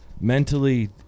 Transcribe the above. mentally